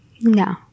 no